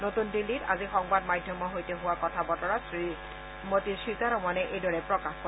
নতুন দিল্লীত আজি সংবাদ মাধ্যমৰ সৈতে হোৱা কথা বতৰাত শ্ৰীমতী সীতাৰমণে এইদৰে প্ৰকাশ কৰে